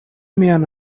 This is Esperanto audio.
mian